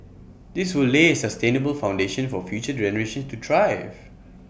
this will lay A sustainable foundation for future generations to thrive